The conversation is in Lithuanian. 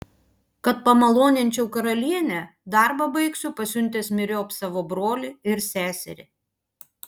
kad pamaloninčiau karalienę darbą baigsiu pasiuntęs myriop savo brolį ir seserį